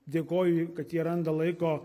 dėkoju kad jie randa laiko